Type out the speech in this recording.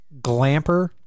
glamper